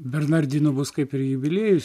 bernardino bus kaip ir jubiliejus